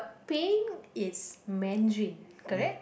peng is Mandarin correct